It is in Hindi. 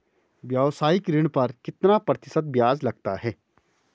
व्यावसायिक ऋण पर कितना प्रतिशत ब्याज लगता है?